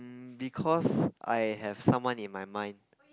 because I have someone in my mind